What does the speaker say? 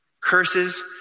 Curses